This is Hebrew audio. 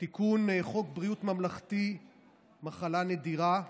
תיקון חוק בריאות ממלכתי (מחלה נדירה),